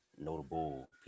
notable